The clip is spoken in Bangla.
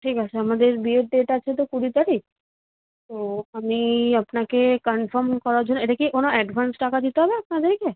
ঠিক আছে আমাদের বিয়ের ডেট আছে তো কুড়ি তারিখ তো আমি আপনাকে কনফার্ম করার জন্য এটা কি কোনো অ্যাডভান্স টাকা দিতে হবে আপনাদেরকে